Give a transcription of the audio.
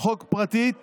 חוק פרטית